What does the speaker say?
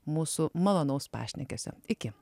mūsų malonaus pašnekesio iki